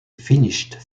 finished